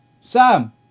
Sam